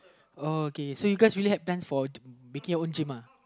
uh K K so you guys really have time for making your own gym uh